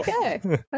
Okay